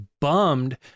bummed